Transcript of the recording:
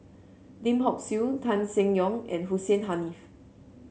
Lim Hock Siew Tan Seng Yong and Hussein Haniff